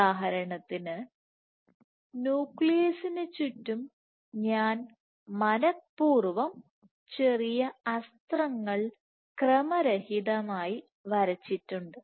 ഉദാഹരണത്തിന് ന്യൂക്ലിയസിന്ചുറ്റും ഞാൻ മനപ്പൂർവ്വം ചെറിയ അസ്ത്രങ്ങൾ ക്രമരഹിതമായി വരച്ചിട്ടുണ്ട്